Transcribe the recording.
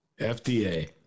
FDA